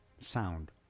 sound